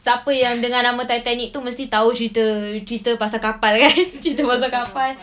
siapa yang dengar nama titanic tu mesti tahu cerita cerita pasal kapal kan cerita pasal kapal